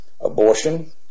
abortion